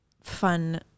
fun